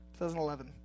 2011